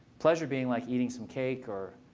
pleasure being like eating some cake or,